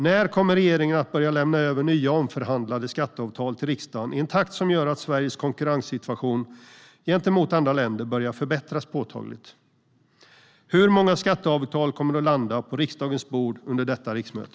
När kommer regeringen att börja lämna över nya och omförhandlade skatteavtal till riksdagen i en takt som gör att Sveriges konkurrenssituation gentemot andra länder börjar förbättras påtagligt? Hur många skatteavtal kommer att landa på riksdagens bord under detta riksmöte?